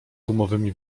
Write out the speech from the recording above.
gumowymi